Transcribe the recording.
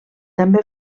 també